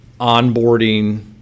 onboarding